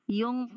yung